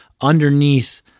underneath